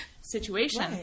situation